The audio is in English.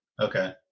Okay